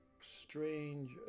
Strange